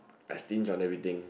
I stingy on everything